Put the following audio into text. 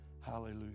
hallelujah